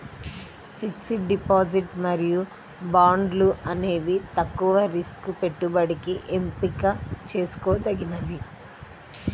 fixed deposit మరియు బాండ్లు అనేవి తక్కువ రిస్క్ పెట్టుబడికి ఎంపిక చేసుకోదగినవి